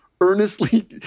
earnestly